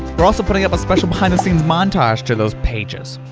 we're also putting up a special behind the scenes montage, to those pages.